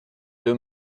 deux